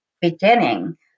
beginning